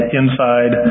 inside